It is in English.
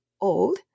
old